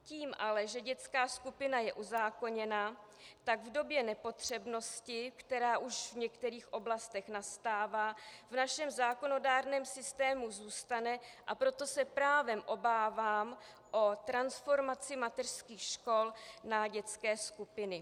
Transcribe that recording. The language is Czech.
Tím ale, že dětská skupina je uzákoněna, tak v době nepotřebnosti, která už v některých oblastech nastává, v našem zákonodárném systému zůstane, a proto se právem obávám o transformaci mateřských škol na dětské skupiny.